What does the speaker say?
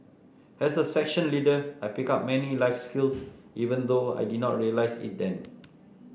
as a section leader I picked up many life skills even though I did not realise it then